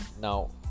now